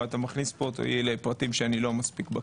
אתה מכניס אותי פה לפרטים שאני לא מספיק בקי בהם.